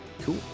Cool